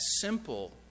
simple